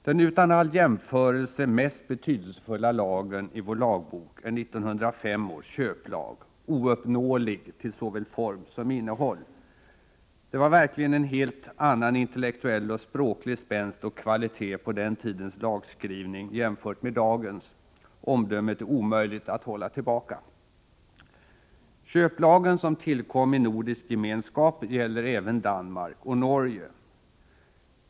Den utan all jämförelse mest betydelsefulla lagen i vår lagbok är 1905 års köplag, ouppnåelig till såväl form som innehåll. Det var verkligen en helt annan intellektuell och språklig spänst och kvalitet på den tidens lagskrivning jämfört med dagens — omdömet är omöjligt att hålla tillbaka. Köplagen, som tillkom i nordisk gemenskap, gäller även Danmark och Norge.